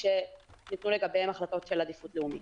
שניתנו לגביהם החלטות על עדיפות לאומית.